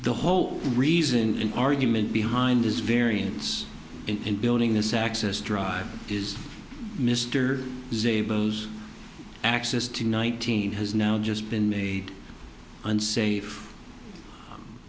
the whole reason in argument behind this variance in building this access drive is mr z bose access to nineteen has now just been made unsafe